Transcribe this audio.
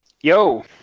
Yo